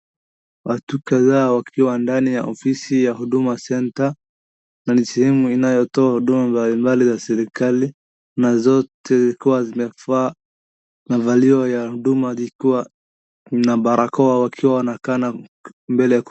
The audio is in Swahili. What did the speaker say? Watu kadhaa wakiwa ndani ya ofisi ya Huduma Center na ni sehemu inayotoa huduma mbalimbali za serikali na zote zikiwa zimevaa mavalio ya huduma likiwa na barakoa wakiwa wanakaa mbele ya kompyuta.